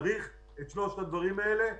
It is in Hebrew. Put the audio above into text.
צריך את שלושת הדברים האלה לעשות,